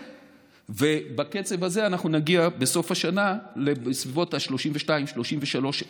ובקצב הזה נגיע בסוף השנה לסביבות 33,000-32,000.